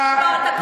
מה,